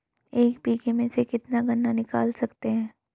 एक बीघे में से कितना गन्ना निकाल सकते हैं?